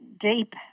deep